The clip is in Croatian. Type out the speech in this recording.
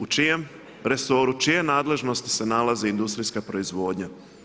U čijem resoru, čijoj nadležnosti se nalazi industrijska proizvodnja?